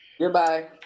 Goodbye